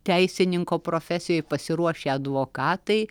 teisininko profesijoj pasiruošę advokatai